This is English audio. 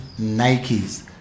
Nikes